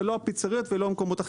הפיצריות ושאר המקומות.